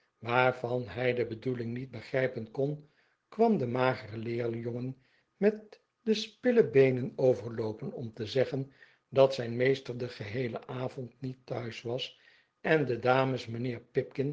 waarvan hij de bedoeling niet begrijpen kon kwam de magere leerjongen met de spillebeenen overloopen om te zeggen dat zijn meester den geheelen avond niet thuis was en de dames mijnheer